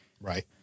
Right